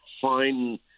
fine